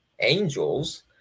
angels